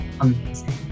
amazing